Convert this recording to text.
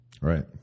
right